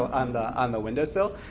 um and on the windowsill,